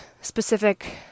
specific